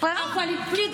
אנחנו חושבים שצריך לקבל נשק,